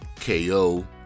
KO